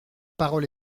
parole